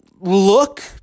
look